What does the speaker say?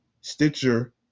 Stitcher